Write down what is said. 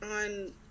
On